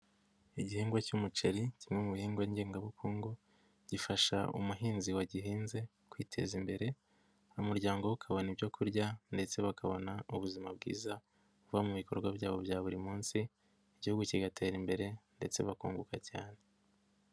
Igihingwa cy'umuceri, kimwe mu bihingwa ngengabukungu gifasha umuhinzi wagihinze kwiteza imbere, umuryango we ukabona ibyo kurya ndetse bakabona ubuzima bwiza buva mu bikorwa byabo bya buri munsi, Igihugu kigatera imbere ndetse bakunguka cyane.